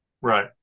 Right